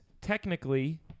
Technically